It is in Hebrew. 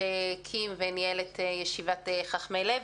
שהקים וניהל את ישיבת חכמי לב,